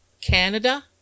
Canada